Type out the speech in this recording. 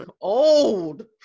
old